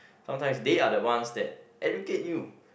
sometimes they are the ones that educate you